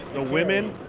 the women